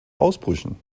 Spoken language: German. ausbrüchen